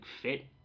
fit